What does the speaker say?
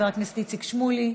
חבר הכנסת איציק שמולי,